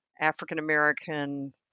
African-American